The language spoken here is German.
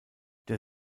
der